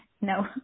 no